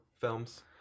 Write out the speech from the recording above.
films